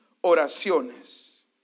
oraciones